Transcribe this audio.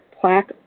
plaque